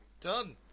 Done